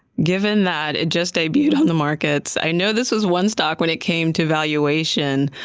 given that it just debuted on the market, i know this was one stock, when it came to valuation,